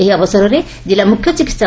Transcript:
ଏହି ଅବସରରେ କିଲ୍ଲ ମୁଖ୍ୟ ଚିକିସ୍